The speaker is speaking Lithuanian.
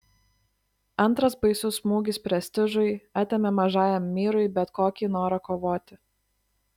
antras baisus smūgis prestižui atėmė mažajam myrui bet kokį norą kovoti